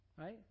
Right